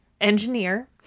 engineer